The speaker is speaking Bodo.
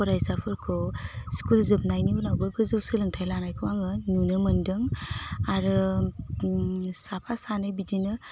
फरायसाफोरखौ स्कुल जोबनायनि उनावबो गोजौ सोलोंथाइ लानायखौ आङो नुनो मोन्दों आरो साफा सानै बिदिनो